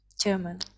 German